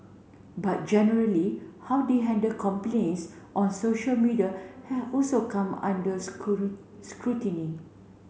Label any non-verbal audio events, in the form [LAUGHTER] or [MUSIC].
but generally how they handled complaints on social media has also come under [UNINTELLIGIBLE] scrutiny